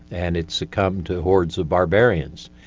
and it succumbed to hordes of barbarians.